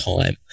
time